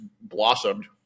blossomed